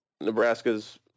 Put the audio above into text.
nebraska's